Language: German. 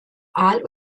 aal